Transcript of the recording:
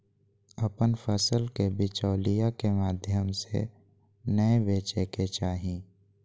अपन फसल के बिचौलिया के माध्यम से नै बेचय के चाही